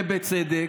ובצדק,